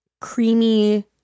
creamy